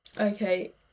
Okay